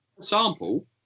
sample